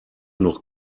noch